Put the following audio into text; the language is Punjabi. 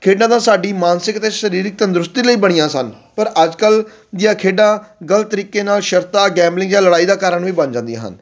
ਖੇਡਾਂ ਤਾਂ ਸਾਡੀ ਮਾਨਸਿਕ ਅਤੇ ਸਰੀਰਕ ਤੰਦਰੁਸਤੀ ਲਈ ਬਣੀਆਂ ਸਨ ਪਰ ਅੱਜ ਕੱਲ੍ਹ ਦੀਆਂ ਖੇਡਾਂ ਗਲਤ ਤਰੀਕੇ ਨਾਲ ਸ਼ਰਤਾ ਗੈਮਲੀਆਂ ਲੜਾਈ ਦਾ ਕਾਰਨ ਵੀ ਬਣ ਜਾਂਦੀਆਂ ਹਨ